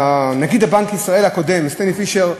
נגיד בנק ישראל הקודם, סטנלי פישר,